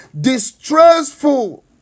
Distressful